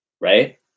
Right